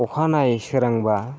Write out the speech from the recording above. अखानायै सोरांबा